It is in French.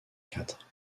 quatre